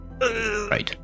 Right